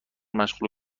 مشغول